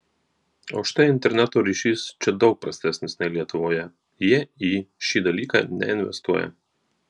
o štai interneto ryšys čia daug prastesnis nei lietuvoje jie į šį dalyką neinvestuoja